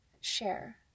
share